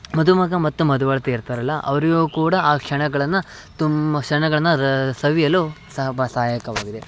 ಮದುಮಗ ಮತ್ತು ಮದುವಳ್ತಿ ಇರ್ತಾರಲ್ಲ ಅವರಿಗೂ ಕೂಡ ಆ ಕ್ಷಣಗಳನ್ನು ತುಂಬ ಕ್ಷಣಗಳನ್ನ ರ ಸವಿಯಲು ಸ ಬ ಸಹಾಯಕವಾಗಿದೆ